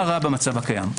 מה רע במצב הקיים?